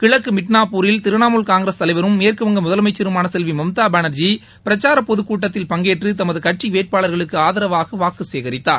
கிழக்கு மிட்னாப்பூரில் திரிணாமுல் காங்கிரஸ் தலைவரும் மேற்கு வங்க முதலமைச்சருமான செல்வி மம்தா பனர்ஜி பிரச்சார பொதுக் கூட்டத்தில் பங்கேற்று தமது கட்சி வேட்பாளர்களுக்கு ஆதரவாக வாக்கு சேகரித்தார்